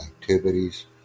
activities